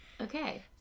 Okay